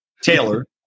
Taylor